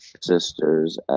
Sisters